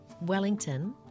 Wellington